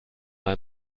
mal